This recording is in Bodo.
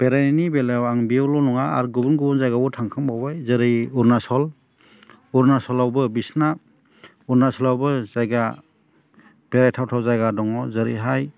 बेरायनायनि बेलायाव आं बेयावल' नङा आरो गुबुन गुबुन जायगायावबो थांखांबावबाय जेरै अरुनासल अरुनासलावबो बिसोरना अरुनासलावबो जायगाया बेरायथावथाव जायगा दङ जेरैहाय